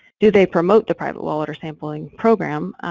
do they promote the private water sampling programme?